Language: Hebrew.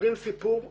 מספרים סיפור נחמד.